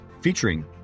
featuring